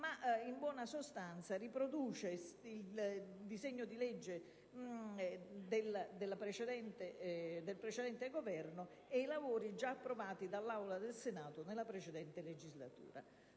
ma in buona sostanza riproduce il disegno di legge del precedente Governo e quanto già approvato dall'Assemblea del Senato nella precedente legislatura.